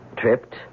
tripped